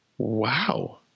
Wow